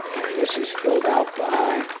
and this is filled out by.